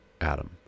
Adam